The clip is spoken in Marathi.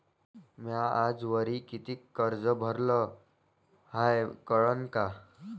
म्या आजवरी कितीक कर्ज भरलं हाय कळन का?